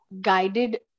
guided